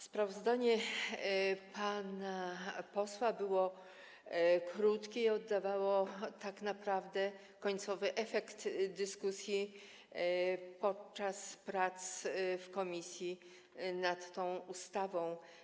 Sprawozdanie pana posła było krótkie i oddawało tak naprawdę końcowy efekt dyskusji w czasie prac w komisji nad tym projektem ustawy.